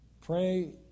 Pray